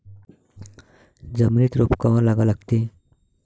जमिनीत रोप कवा लागा लागते?